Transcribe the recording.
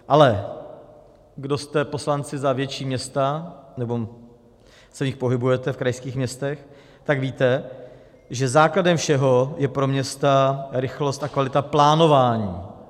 Ale kdo jste poslanci za větší města nebo se v nich pohybujete, v krajských městech, tak víte, že základem všeho je pro města rychlost a kvalita plánování.